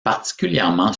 particulièrement